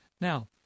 Now